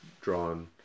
drawn